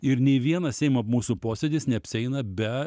ir nei vienas seimo mūsų posėdis neapsieina be